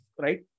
Right